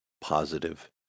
positive